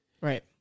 Right